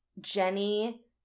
Jenny